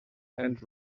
and